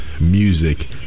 music